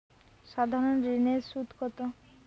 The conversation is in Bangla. সাধারণ ঋণের সুদ কত?